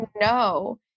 no